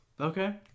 Okay